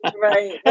right